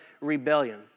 rebellion